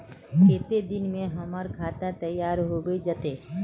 केते दिन में हमर खाता तैयार होबे जते?